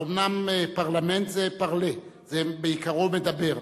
פרלמנט זה parler, זה בעיקרו מדבר.